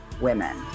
women